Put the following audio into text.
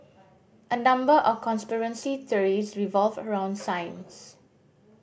a number of conspiracy theories revolve around science